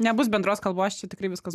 nebus bendros kalbos čia tikrai viskas